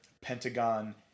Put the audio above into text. Pentagon